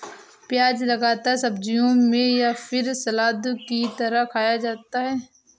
प्याज़ ज्यादातर सब्जियों में या फिर सलाद की तरह खाया जाता है